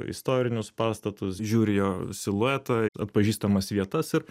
istorinius pastatus žiūri jo siluetą atpažįstamas vietas ir